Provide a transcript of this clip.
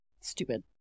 stupid